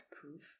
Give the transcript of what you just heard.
proof